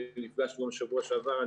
נפגשנו בשבוע שעבר.